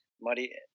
muddy